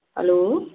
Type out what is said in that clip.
hello